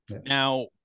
now